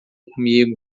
comigo